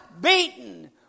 beaten